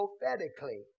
prophetically